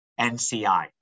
NCI